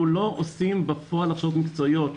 אנחנו לא עושים בפועל הכשרות מקצועיות.